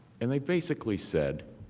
and they basically said